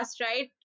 right